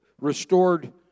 restored